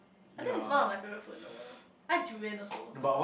I think it's one of my favourite food in the world I like durian also